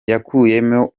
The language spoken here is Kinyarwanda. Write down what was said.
yakuyemo